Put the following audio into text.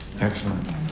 Excellent